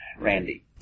Randy